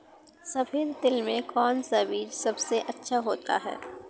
सफेद तिल में कौन सा बीज सबसे अच्छा होता है?